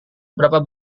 berapa